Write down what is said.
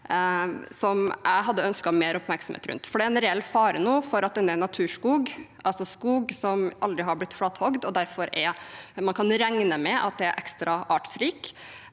som jeg hadde ønsket mer oppmerksomhet rundt. Det er en reell fare nå for at en del naturskog, altså skog som aldri har blitt flatehogd og man derfor kan regne med at er ekstra artsrik,